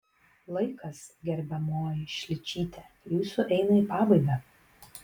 laikas gerbiamoji šličyte jūsų eina į pabaigą